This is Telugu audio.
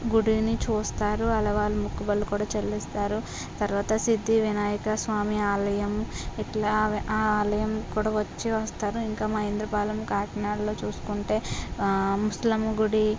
గుడిని చూస్తారు అలా వాళ్ళ మొక్కుబడులు కూడా చెల్లిస్తారు తర్వాత సిద్ధి వినాయకస్వామి ఆలయం ఇట్లా ఆ ఆలయం కూడా వచ్చి వస్తారు ఇంకా మహీంద్రపాలెం కాకినాడలో చూసుకుంటే ఆ ముసలమ్మ గుడి